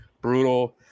brutal